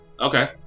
Okay